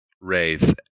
Wraith